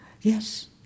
Yes